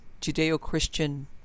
judeo-christian